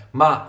ma